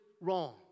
wrong